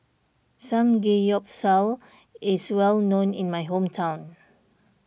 Samgeyopsal is well known in my hometown